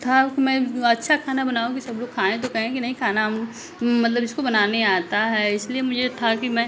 था कि मैं अच्छा खाना बनाऊँ कि सब लोग खाएँ तो कहें कि नहीं खाना हम मतलब इसको बनाने आता है इसलिए मुझे था कि मैं